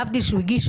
להבדיל שהוא הגיש,